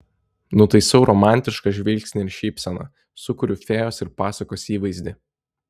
nutaisau romantišką žvilgsnį ir šypseną sukuriu fėjos iš pasakos įvaizdį